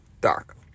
dark